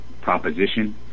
proposition